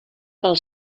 pel